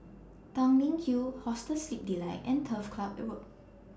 Tanglin Hill Hostel Sleep Delight and Turf Club Road